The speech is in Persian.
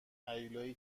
هیولایی